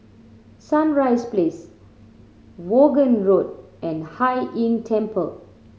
Sunrise Place Vaughan Road and Hai Inn Temple